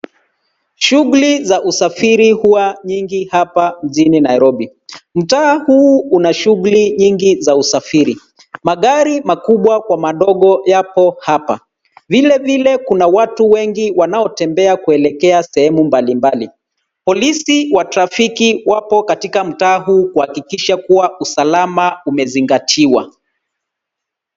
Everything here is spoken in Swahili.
Shughuli za usafiri huwa nyingi hapa mjini Nairobi. Mtaa huu una shughuli nyingi za usafiri. Magari makubwa kwa madogo yapo hapa, vilevile kuna watu wengi wanaotembea kuelekea sehemu mbalimbali. Polisi wa trafiki wapo katika mtaa huu kuhakikisha kuwa usalama umezingatiwa.